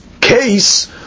case